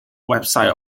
website